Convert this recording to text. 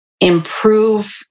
improve